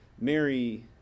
Mary